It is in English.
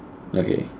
okay